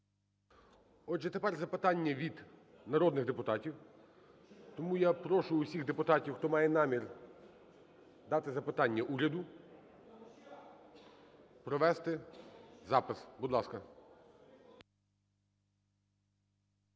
Отже, тепер запитання від народних депутатів. Тому я прошу всіх депутатів, хто має намір дати запитання уряду, провести запис. Будь ласка.